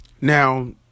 Now